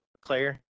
Claire